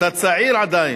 אתה צעיר, עדיין.